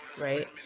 right